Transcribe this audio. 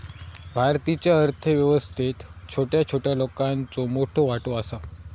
भारतीच्या अर्थ व्यवस्थेत छोट्या छोट्या लोकांचो मोठो वाटो आसा